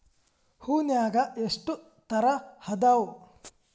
ಹೂನ್ಯಾಗ ಎಷ್ಟ ತರಾ ಅದಾವ್?